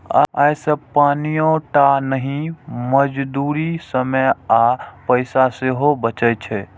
अय से पानिये टा नहि, मजदूरी, समय आ पैसा सेहो बचै छै